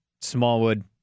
Smallwood